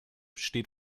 steht